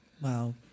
Wow